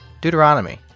Deuteronomy